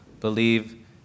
believe